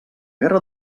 guerra